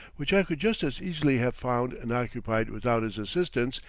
which i could just as easily have found and occupied without his assistance,